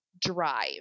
drive